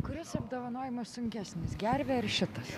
kuris apdovanojimas sunkesnis gervė ar šitas